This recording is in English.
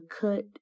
cut